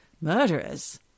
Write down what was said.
murderers